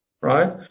right